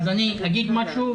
אדוני היושב-ראש,